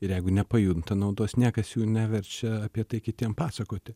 ir jeigu nepajunta naudos niekas jų neverčia apie tai kitiem pasakoti